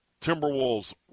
Timberwolves